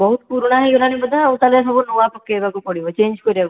ବହୁତ ପୁରୁଣା ହେଇଗଲାଣି ବୋଧେ ଆଉ ତାହାଲେ ସବୁ ନୂଆଁ ପକେଇବାକୁ ପଡ଼ିବ ଚେଞ୍ଜ କରିବାକୁ ପଡ଼ିବ